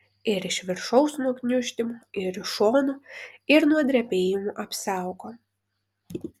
ir iš viršaus nuo gniuždymo ir iš šonų ir nuo drebėjimų apsaugo